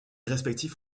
respectif